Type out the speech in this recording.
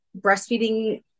breastfeeding